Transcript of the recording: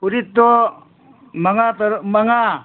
ꯐꯨꯔꯤꯠꯇꯣ ꯃꯉꯥ ꯃꯉꯥ